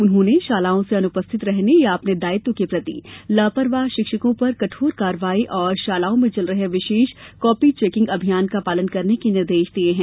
उन्होंने शालाओं से अनुपरिथित रहने या अपने दायित्व के प्रति लापरवाह शिक्षकों पर कठोर कार्यवाही और शालाओं में चल रहे विशेष कॉपी चेकिंग अभियान का पालन करने के निर्देश दिए हैं